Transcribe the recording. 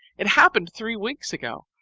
it happened three weeks ago,